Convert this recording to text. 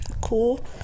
Cool